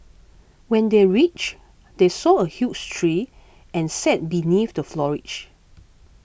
when they reached they saw a huge tree and sat beneath the foliage